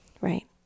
Right